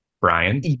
Brian